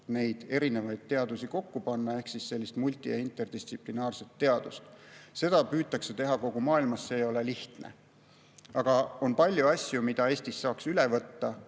neid erinevaid teadusi kokku panna ehk sellist multi‑ ja interdistsiplinaarset teadust. Seda püütakse teha kogu maailmas, see ei ole lihtne. Aga on palju asju, mida Eestis saaks üle võtta.